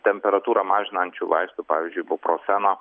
temperatūrą mažinančių vaistų pavyzdžiui ibuprofeno